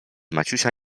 maciusia